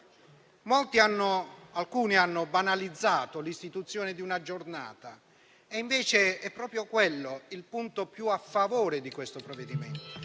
Alcuni hanno banalizzato l'istituzione di una giornata; è invece proprio quello il punto più a favore di questo provvedimento.